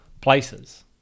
places